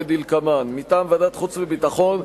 כדלקמן: מטעם ועדת החוץ והביטחון: